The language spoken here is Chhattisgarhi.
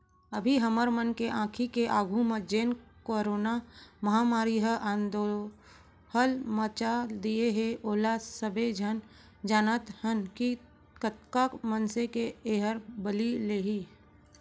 अभी हमर मन के आंखी के आघू म जेन करोना महामारी ह अंदोहल मता दिये हे ओला सबे झन जानत हन कि कतका मनसे के एहर बली लेही